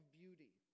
beauty